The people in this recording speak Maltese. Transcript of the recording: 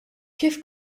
kif